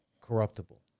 corruptible